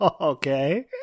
Okay